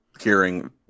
hearing